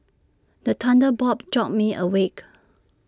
the thunder bob jolt me awake